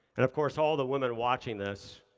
and of course, all the women watching this,